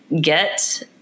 get